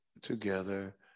together